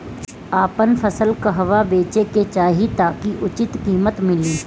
आपन फसल कहवा बेंचे के चाहीं ताकि उचित कीमत मिली?